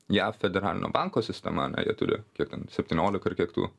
jav federalinio banko sistema ane jie turi kiek ten septyniolika ar kiek tų